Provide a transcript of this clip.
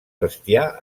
bestiar